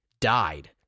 died